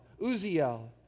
Uziel